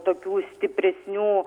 tokių stipresnių